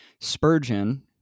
Spurgeon